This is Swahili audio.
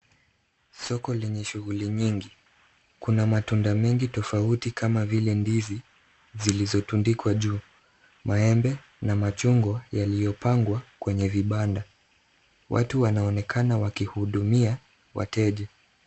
Soko lenye shughuli nyingi. Kuna matunda mengi tofauti kama vile ndizi zilizotundikwa juu, maembe na machungwa yaliyopangwa kwenye vibanda. Watu wanaonekana wakihudumia wateja.